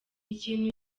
ikintu